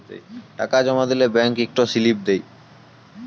টাকা জমা দিলে ব্যাংক ইকট সিলিপ দেই